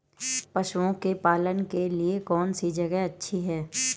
पशुओं के पालन के लिए कौनसी जगह अच्छी है?